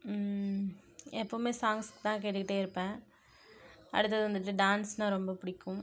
எப்போவுமே சாங்ஸ் தான் கேட்டுக்கிட்டே இருப்பேன் அடுத்தது வந்துட்டு டான்ஸ்னா ரொம்ப பிடிக்கும்